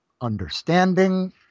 understanding